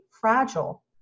fragile